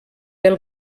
del